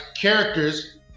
characters